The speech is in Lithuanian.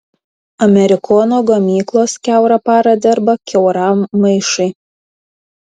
amerikono gamyklos kiaurą parą dirba kiauram maišui